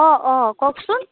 অ অ কওকচোন